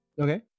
Okay